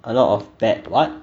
a lot of bad what